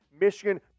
Michigan